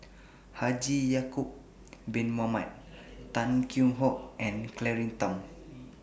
Haji Ya'Acob Bin Mohamed Tan Kheam Hock and Claire Tham